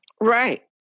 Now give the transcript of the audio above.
Right